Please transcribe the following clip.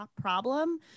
problem